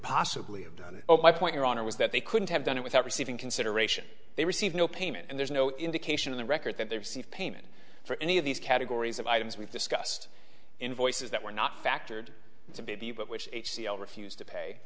possibly have done it oh my point your honor was that they couldn't have done it without receiving consideration they received no payment and there's no indication in the record that they received payment for any of these categories of items we've discussed invoices that were not factored into baby but which h c l refused to pay